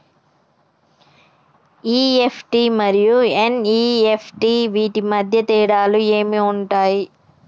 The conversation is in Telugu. ఇ.ఎఫ్.టి మరియు ఎన్.ఇ.ఎఫ్.టి వీటి మధ్య తేడాలు ఏమి ఉంటాయి?